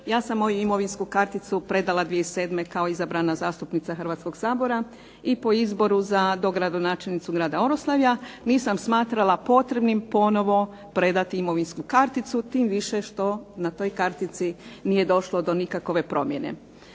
Ja sam moju imovinsku karticu predala 2007. kao izabrana zastupnica Hrvatskog sabora i po izboru za dogradonačelnicu grada Oroslavlja, nisam smatrala potrebnim ponovno predati imovinsku karticu tim više što na toj kartici nije došlo do nikakove promjene.